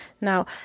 Now